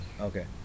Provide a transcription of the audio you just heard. Okay